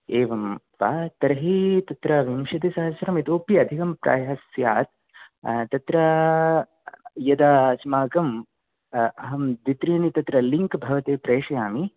एवं वा तर्हि तत्र विंशतिसहस्रम् इतोऽपि अधिकं प्रायः स्यात् तत्र यदा अस्माकम् अहं द्वित्रीणि तत्र लिङ्क् भवते प्रेषयामि